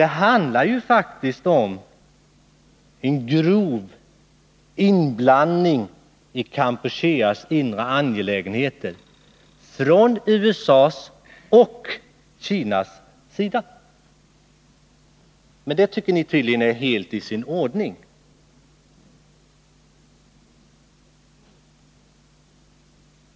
Det handlar faktiskt om en grov inblandning i Kampucheas inre angelägenheter från USA:s och Kinas sida, men det tycker ni tydligen är helt i sin ordning.